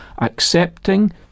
accepting